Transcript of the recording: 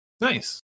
nice